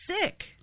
sick